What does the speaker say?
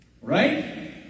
Right